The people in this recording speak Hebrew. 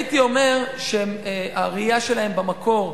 הייתי אומר שהראייה שלהם במקור,